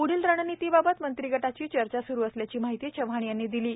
पुढील रणनीतीबाबत मंत्रिगटाची चर्चा स्रू असल्याची माहिती चव्हाण यांनी दिली आहे